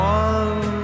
one